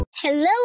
Hello